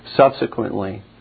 subsequently